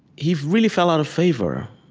he really fell out of favor.